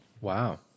Wow